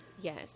Yes